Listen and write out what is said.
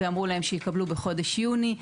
ואמרו להם שיקבלו בחודש יוני.